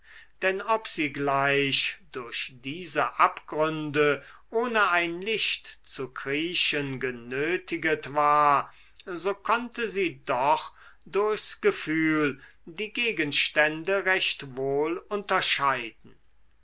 denn ob sie gleich durch diese abgründe ohne ein licht zu kriechen genötiget war so konnte sie doch durchs gefühl die gegenstände recht wohl unterscheiden